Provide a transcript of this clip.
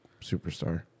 Superstar